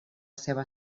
seua